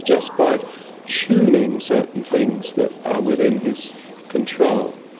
just by tuning certain things that are within his control.